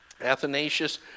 Athanasius